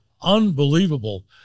unbelievable